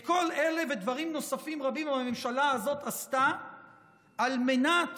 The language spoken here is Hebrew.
את כל אלה ודברים נוספים רבים הממשלה הזאת עשתה על מנת